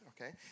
okay